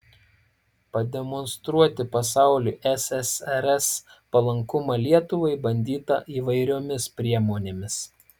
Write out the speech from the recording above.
pademonstruoti pasauliui ssrs palankumą lietuvai bandyta įvairiomis priemonėmis